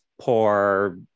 poor